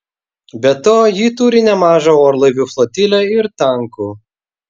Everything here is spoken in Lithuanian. be to ji turi nemažą orlaivių flotilę ir tankų